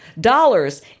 dollars